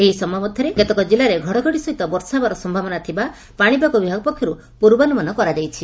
ଏହିସମୟ ମଧରେ କେତେକ ଜିଲ୍ଲାରେ ଘଡ଼ଘଡ଼ି ସହିତ ବର୍ଷା ହେବାର ସ୍ୟାବନା ଥିବା ପାଣିପାଗ ବିଭାଗ ପକ୍ଷରୁ ପୂର୍ବାନୁମାନ କରାଯାଇଛି